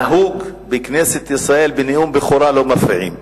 שנהוג בכנסת ישראל שבנאום בכורה לא מפריעים.